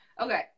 Okay